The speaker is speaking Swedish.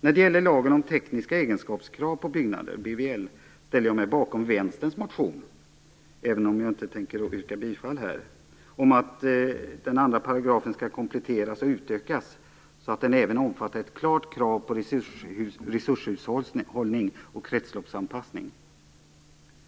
När det gäller lagen om tekniska egenskapskrav på byggnader, BVL, ställer jag mig bakom Vänsterns motion - även om jag inte yrkar bifall till den - om att 2 § skall kompletteras och utökas så att den även omfattar ett klart krav på resurshushållning och kretsloppsanpassning.